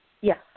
Yes